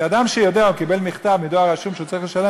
כי אדם שיודע או קיבל מכתב בדואר רשום שהוא צריך לשלם